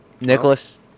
Nicholas